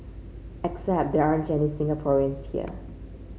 except there aren't any Singaporeans here